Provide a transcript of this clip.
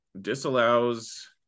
disallows